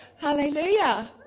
Hallelujah